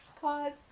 Pause